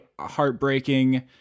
heartbreaking